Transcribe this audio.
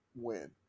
win